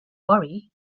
worry